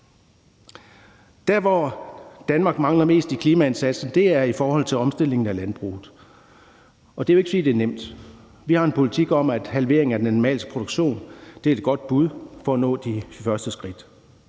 Der, hvor Danmark mangler mest i klimaindsatsen, er i forhold til omstillingen af landbruget, og det er jo ikke, fordi det er nemt. Vi har en politik om en halvering af den animalske produktion. Det er et godt bud på at nå de første skridt.